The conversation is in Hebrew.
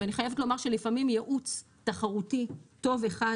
ואני חייבת לומר שלפעמים ייעוץ תחרותי טוב אחד